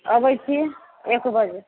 अबै छी एक बजे